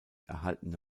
erhaltene